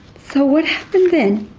so what happened then?